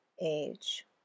age